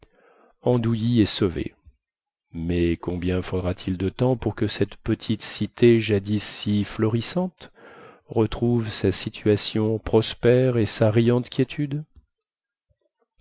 andouilly est sauvé mais combien faudra-t-il de temps pour que cette petite cité jadis si florissante retrouve sa situation prospère et sa riante quiétude